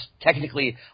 technically